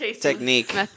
technique